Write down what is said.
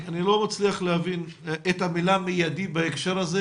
אני לא מצליח להבין את המילה מיידי בהקשר הזה,